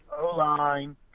O-line